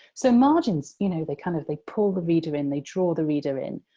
so, margins you know, they kind of, they pull the reader in, they draw the reader in,